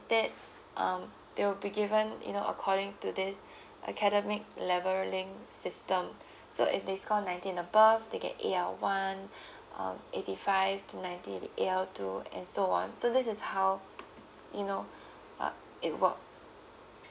that um they will be given you know according to this academic leveling system so if they score ninety and above they get A_L one uh eighty five to ninety A_L two and so on so this is how you know uh it works